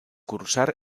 cursar